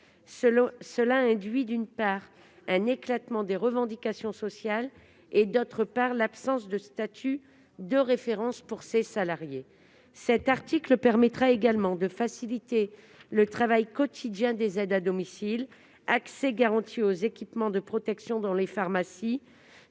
Cela induit, d'une part, un éclatement des revendications sociales et, d'autre part, l'absence d'un statut de référence pour ces salariés. Cet article permettra également de faciliter le travail quotidien des aides à domicile : elles auront un accès garanti aux équipements de protection dans les pharmacies-